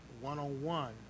one-on-one